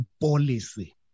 policy